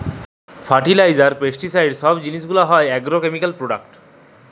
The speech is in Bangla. ফার্টিলাইজার, পেস্টিসাইড সব জিলিস গুলা হ্যয় আগ্রকেমিকাল প্রোডাক্ট